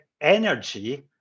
energy